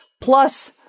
plus